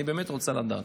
אני באמת רוצה לדעת.